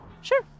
Sure